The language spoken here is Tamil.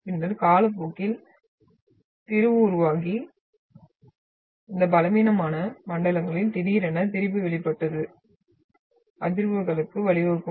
பின்னர் காலப்போக்கில் திரிபு உருவாகி இந்த பலவீனமான மண்டலங்களில் திடீரென திரிபு வெளிப்படுவது அதிர்வுகளுக்கு வழிவகுக்கும்